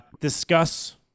discuss